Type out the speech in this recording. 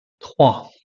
trois